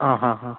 ആ ഹാ ഹാ